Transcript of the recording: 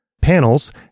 panels